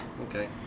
Okay